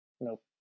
Nope